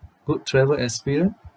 good travel experience